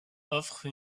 offre